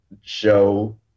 show